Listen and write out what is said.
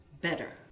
better